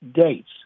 dates